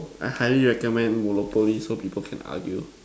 I highly recommend Monopoly so people can argue